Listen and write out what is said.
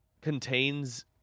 contains